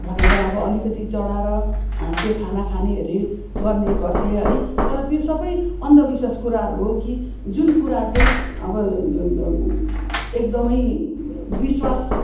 भनेर अब अलिकति चढाएर त्यो खाना खानेहरू गर्ने गर्थे है तर त्यो सबै अन्धविश्वास कुराहरू हो कि जुन कुरा चाहिँ अब एकदमै विश्वास